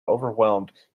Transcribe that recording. overwhelmed